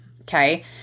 Okay